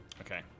Okay